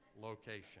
location